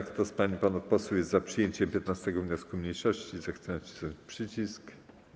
Kto z pań i panów posłów jest za przyjęciem 15. wniosku mniejszości, zechce nacisnąć przycisk.